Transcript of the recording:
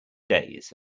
days